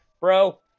bro